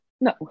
no